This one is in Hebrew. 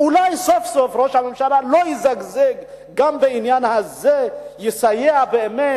אולי סוף-סוף ראש הממשלה לא יזגזג גם בעניין הזה ויסייע באמת,